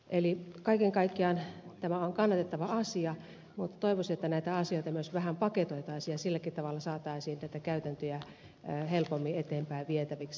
eli kaiken kaikkiaan tämä on kannatettava asia mutta toivoisin että näitä asioita myös vähän paketoitaisiin ja silläkin tavalla saataisiin näitä käytäntöjä helpommin eteenpäin vietäviksi